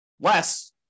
Less